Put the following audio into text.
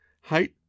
Height